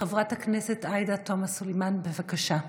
חברת הכנסת עאידה תומא סלימאן, בבקשה.